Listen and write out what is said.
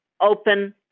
open